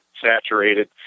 saturated